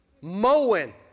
Mowing